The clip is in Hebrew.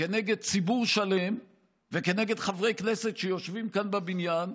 כנגד ציבור שלם וכנגד חברי כנסת שיושבים כאן בבניין,